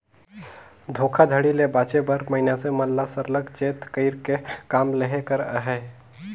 धोखाघड़ी ले बाचे बर मइनसे मन ल सरलग चेत कइर के काम लेहे कर अहे